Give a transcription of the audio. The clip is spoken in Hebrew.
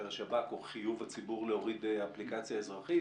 השב"כ או חיוב הציבור להוריד אפליקציה אזרחית.